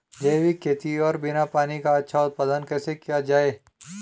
जैविक खेती और बिना पानी का अच्छा उत्पादन कैसे किया जाए?